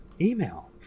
email